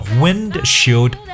windshield